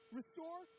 restore